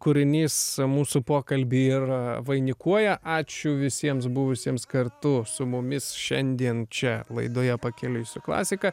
kūrinys mūsų pokalbį ir vainikuoja ačiū visiems buvusiems kartu su mumis šiandien čia laidoje pakeliui su klasika